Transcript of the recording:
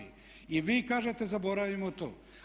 I vi kažete zaboravimo to.